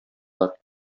бар